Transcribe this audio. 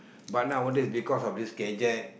but nowadays because of this gadget